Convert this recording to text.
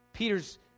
Peter's